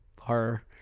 horror